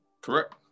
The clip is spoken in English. Correct